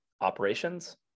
operations